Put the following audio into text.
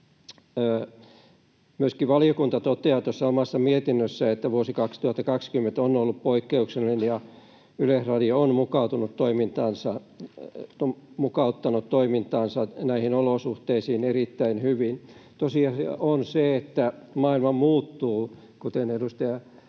Myöskin valiokunta toteaa omassa mietinnössään, että vuosi 2020 on ollut poikkeuksellinen ja Yleisradio on mukauttanut toimintaansa näihin olosuhteisiin erittäin hyvin. Tosiasia on, että maailma muuttuu. Kuten edustaja